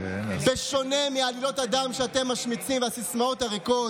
בשונה מעלילות הדם שאתם משמיצים והסיסמאות הריקות,